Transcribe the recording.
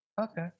Okay